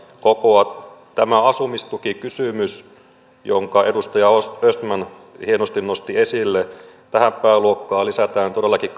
kokoa tämä asumistukikysymys jonka edustaja östman hienosti nosti esille ja tähän pääluokkaan lisätään siihen todellakin